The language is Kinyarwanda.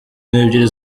n’ebyiri